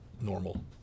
normal